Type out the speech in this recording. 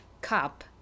cup